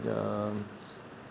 uh